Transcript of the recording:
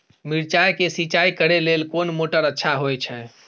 मिर्चाय के सिंचाई करे लेल कोन मोटर अच्छा होय छै?